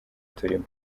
turimo